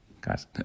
Guys